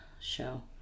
show